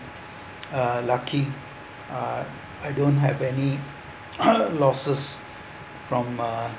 uh lucky uh I don't have any loses from uh